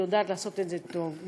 היא יודעת לעשות את זה טוב,